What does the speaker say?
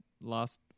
last